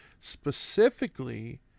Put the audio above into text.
specifically